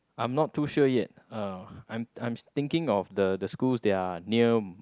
I'm not too sure yet uh I'm I'm s~ thinking of the the schools that are near m~